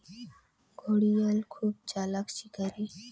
ঘড়িয়াল খুব চালাক শিকারী